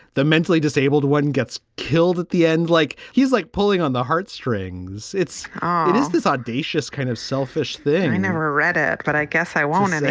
the mentally disabled one gets killed at the end, like he's like pulling on the heartstrings. it's is this audacious kind of selfish thing. i never read it. but i guess i won't. and